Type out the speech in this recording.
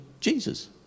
Jesus